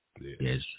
Yes